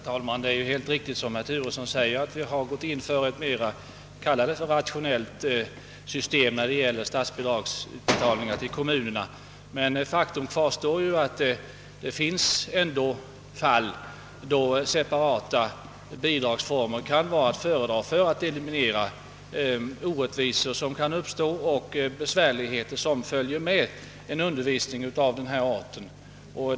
Herr talman! Det är alldeles riktigt som herr Turesson säger att vi har in fört ett statsbidragssystem till kommunerna, som kan anses rationellt, men faktum kvarstår att det ändå finns fall där separata bidrag kan vara att föredra för att man skall eliminera orättvisor och besvärligheter som följer med en undervisning av denna art.